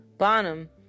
Bonham